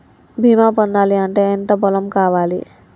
బీమా పొందాలి అంటే ఎంత పొలం కావాలి?